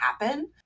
happen